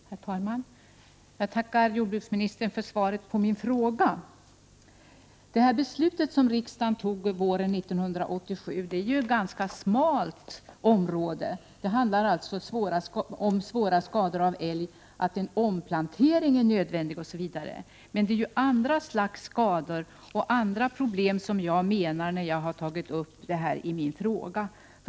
Herr talman! Jag tackar jordbruksministern för svaret på min fråga. Det beslut som riksdagen fattade våren 1987 gäller ett ganska smalt område, nämligen skador orsakade av älg som är så svåra att en omplantering är nödvändig. Men det är även andra slags skador och problem jag avser med det jag har tagit upp i min fråga.